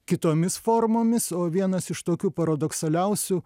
kitomis formomis o vienas iš tokių paradoksaliausių